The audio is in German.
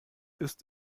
ist